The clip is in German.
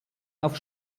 auf